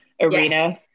arena